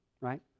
right